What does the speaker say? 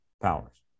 powers